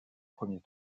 premier